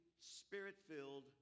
spirit-filled